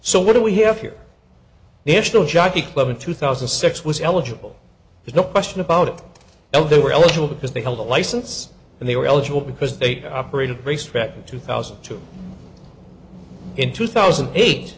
so what do we have here the national jockey club in two thousand and six was eligible there's no question about it now they were eligible because they held a license and they were eligible because they operated respect in two thousand and two in two thousand and eight